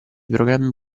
programmi